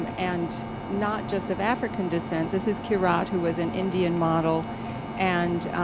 um and not just of african descent. this is kirat, who was an indian model and,